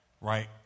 Right